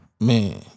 Man